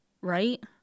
Right